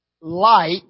light